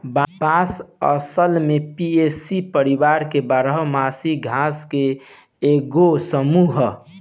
बांस असल में पोएसी परिवार के बारह मासी घास के एगो समूह ह